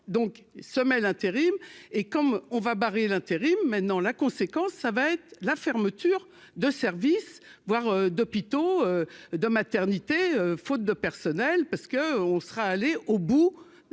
donc mail intérim et comme on va barrer l'intérim maintenant la conséquence, ça va être la fermeture de services voire d'hôpitaux de maternités, faute de personnel parce que on sera allé au bout